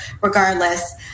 regardless